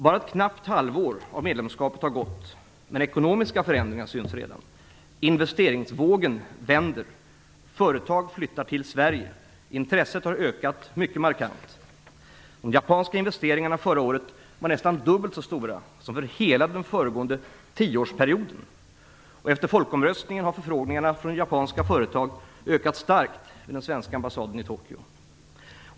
Bara knappt ett halvår av medlemskap har gått, men redan syns ekonomiska förändringar. Investeringsvågen vänder. Företag flyttar till Sverige. Intresset har ökat mycket markant. De japanska investeringarna förra året var nästan dubbelt så stora som under hela den föregående tioårsperioden. Efter folkomröstningen har förfrågningarna från japanska företag ökat starkt vid den svenska ambassaden i Tokyo.